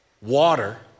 Water